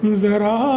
zara